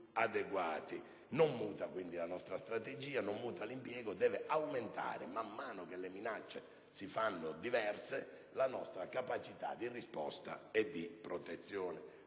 Non muta quindi la nostra strategia, non muta l'impiego: man mano che le minacce si fanno diverse, deve aumentare la nostra capacità di risposta e di protezione.